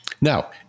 Now